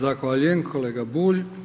Zahvaljujem kolega Bulj.